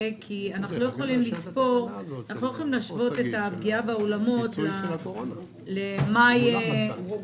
אנחנו לא יכולים להשוות את הפגיעה באולמות למאי יוני.